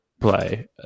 play